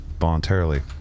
voluntarily